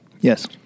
Yes